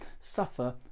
suffer